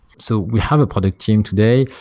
so we have a product team today.